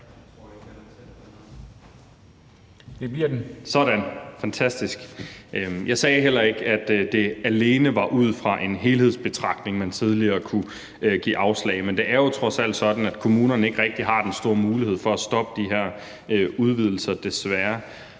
Kl. 16:33 Carl Valentin (SF): Jeg sagde heller ikke, at det alene var ud fra en helhedsbetragtning, man tidligere kunne give afslag, men det er jo trods alt sådan, at kommunerne ikke rigtig har den store mulighed for at stoppe de her udvidelser – desværre.